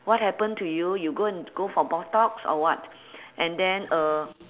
what happen to you you go and go for botox or what and then uh